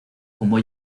como